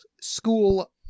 School